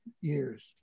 years